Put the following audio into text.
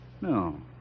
No